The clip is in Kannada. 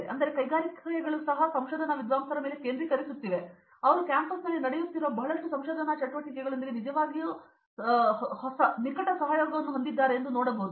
ಆದ್ದರಿಂದ ಈಗ ಕೈಗಾರಿಕೆಗಳು ಸಹ ಸಂಶೋಧನಾ ವಿದ್ವಾಂಸರ ಮೇಲೆ ಕೇಂದ್ರೀಕರಿಸುತ್ತಿವೆ ಮತ್ತು ಅವರು ಕ್ಯಾಂಪಸ್ನಲ್ಲಿ ನಡೆಯುತ್ತಿರುವ ಬಹಳಷ್ಟು ಸಂಶೋಧನಾ ಚಟುವಟಿಕೆಗಳೊಂದಿಗೆ ಸಹ ನಿಕಟ ಸಹಯೋಗವನ್ನು ಹೊಂದಿದ್ದಾರೆ ಎಂದು ನಾವು ನೋಡಬಹುದು